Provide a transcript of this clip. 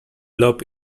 lop